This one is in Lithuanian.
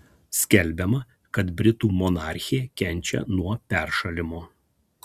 skelbiama kad britų monarchė kenčia nuo peršalimo